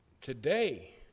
today